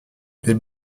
les